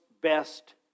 best